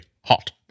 hot